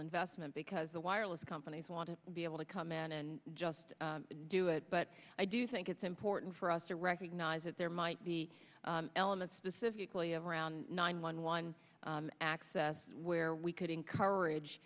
investment because the wireless companies want to be able to come in and just do it but i do think it's important for us to recognize that there might be elements specifically around nine one one access where we could